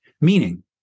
Meaning